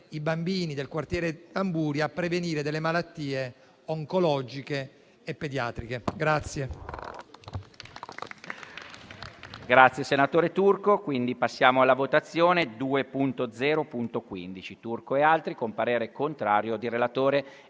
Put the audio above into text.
i bambini del quartiere Tamburi a prevenire malattie oncologiche e pediatriche.